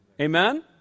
Amen